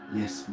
yes